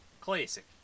classic